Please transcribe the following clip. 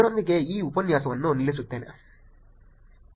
ಇದರೊಂದಿಗೆ ಈ ಉಪನ್ಯಾಸವನ್ನು ನಿಲ್ಲಿಸುತ್ತೇನೆ